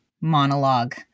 monologue